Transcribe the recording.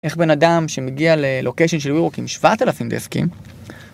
איך בן אדם שמגיע ללוקיישן של ויוורק עם 7,000 דסקים